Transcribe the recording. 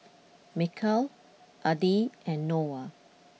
Mikhail Adi and Noah